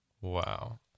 Wow